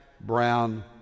brown